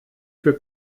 für